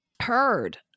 heard